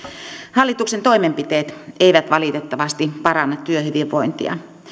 hallituksen toimenpiteet eivät valitettavasti paranna työhyvinvointia